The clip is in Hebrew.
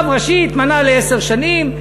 רב ראשי התמנה לעשר שנים,